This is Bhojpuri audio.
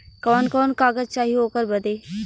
कवन कवन कागज चाही ओकर बदे?